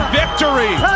victory